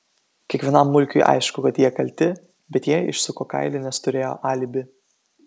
kiekvienam mulkiui aišku kad jie kalti bet jie išsuko kailį nes turėjo alibi